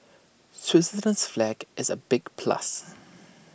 Switzerland's flag is A big plus